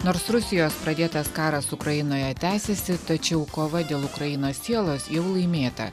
nors rusijos pradėtas karas ukrainoje tęsiasi tačiau kova dėl ukrainos sielos jau laimėta